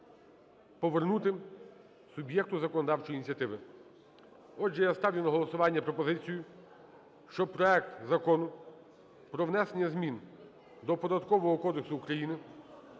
повернути суб'єкту законодавчої ініціативи. Отже, я ставлю на голосування пропозицію, що проект Закону про внесення змін до